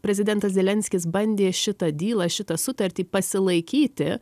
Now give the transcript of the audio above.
prezidentas zelenskis bandė šitą dylą šitą sutartį pasilaikyti